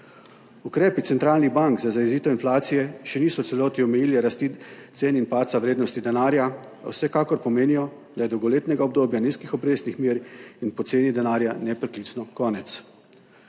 Ukrepi centralnih bank za zajezitev inflacije še niso v celoti omejili rasti cen in padca vrednosti denarja, a vsekakor pomenijo, da je dolgoletnega obdobja nizkih obrestnih mer in poceni denarja nepreklicno konec.